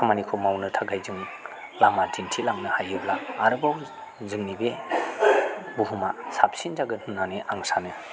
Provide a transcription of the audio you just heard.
खामानिखौ मावनो थाखाय जों लामा दिन्थिलांनो हायोब्ला आरोबाव जोंनि बे बुहुमा साबसिन जागोन होनना आं सानो